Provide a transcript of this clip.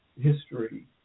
history